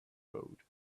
road